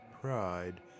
pride